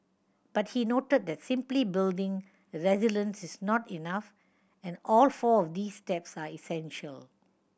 but he noted that simply building resilience is not enough and all four of these steps are essential